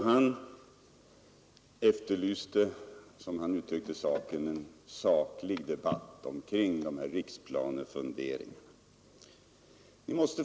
Han efterlyste, som han uttryckte det, en saklig debatt om riksplanefunderingarna.